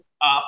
up